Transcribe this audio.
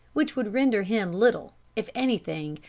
which would render him little, if anything,